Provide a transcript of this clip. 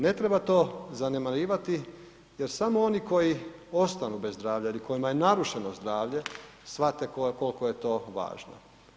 Ne treba to zanemarivati jer samo oni koji ostanu bez zdravlja ili kojima je narušeno zdravlje, shvate koliko je to važno.